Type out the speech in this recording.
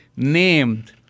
named